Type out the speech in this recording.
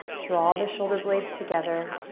draw the shoulder blades together.